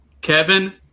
Kevin